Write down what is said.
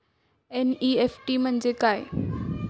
NEFT म्हणजे काय?